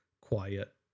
quiet